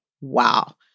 wow